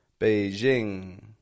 Beijing